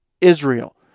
Israel